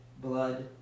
blood